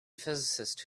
physicist